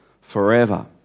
forever